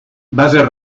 bases